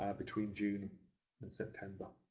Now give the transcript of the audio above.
ah between june and september,